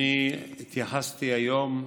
אני התייחסתי היום,